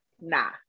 nah